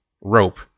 rope